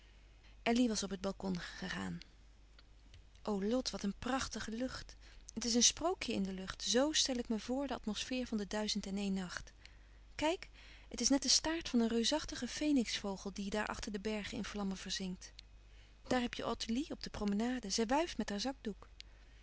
elly was op het balkon gegaan o lot wat een prachtige lucht het is een sprookje in de lucht zoo stel ik me voor de atmosfeer van de duizend-en-een-nacht kijk het is net de staart van een reusachtigen fenixvogel die daar achter de bergen in vlammen verzinkt daar heb je ottilie op de promenade zij wuift met haar zakdoek